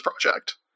Project